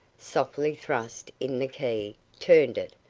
softly thrust in the key, turned it,